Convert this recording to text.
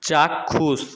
চাক্ষুষ